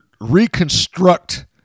reconstruct